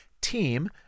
team